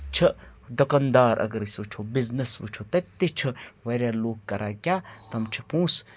چھُ دُکاندار اگر أسۍ وٕچھو بِزنس وٕچھو تَتہِ تہِ چھِ واریاہ لوٗکھ کَران کیٛاہ تِم چھِ پونٛسہٕ